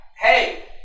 Hey